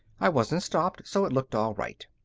i wasn't stopped, so it looked all right.